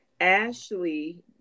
Ashley